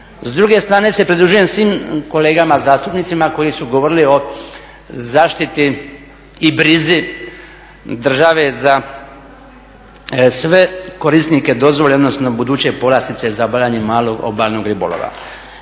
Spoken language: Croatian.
S druge strane se pridružujem svim kolegama zastupnicima koji su govorili o zaštiti i brzi države za sve korisnike dozvole odnosno buduće povlastice za obavljanje malog obalnog ribolova.